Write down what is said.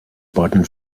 baden